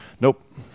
Nope